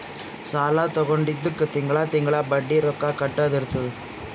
ಸಾಲಾ ತೊಂಡಿದ್ದುಕ್ ತಿಂಗಳಾ ತಿಂಗಳಾ ಬಡ್ಡಿ ರೊಕ್ಕಾ ಕಟ್ಟದ್ ಇರ್ತುದ್